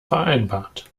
vereinbart